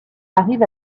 arrive